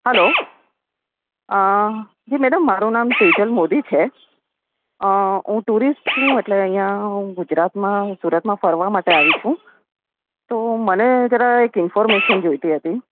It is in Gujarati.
હલ્લો જી મેડમ મારું નામ સેજલ મોદી છે હું ટુરિસ્ટ છું એટલે અહીં ગુજરાતમાં સુરત માં ફરવા માટે આવી છું તો મને જરા એક ઇન્ફોર્મેશન જોઈતી હતી